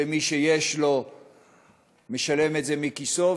מי שיש לו משלם את זה מכיסו,